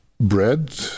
bread